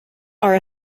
are